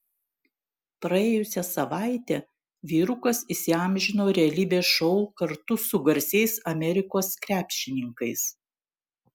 praėjusią savaitę vyrukas įsiamžino realybės šou kartu su garsiais amerikos krepšininkais